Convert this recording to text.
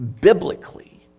biblically